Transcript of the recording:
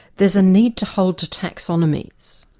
there's a need to hold to taxonomies,